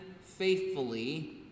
faithfully